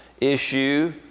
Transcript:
issue